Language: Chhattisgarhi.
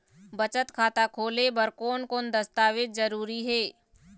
बचत खाता खोले बर कोन कोन दस्तावेज जरूरी हे?